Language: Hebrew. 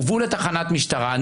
הובאו לתחנת משטרה,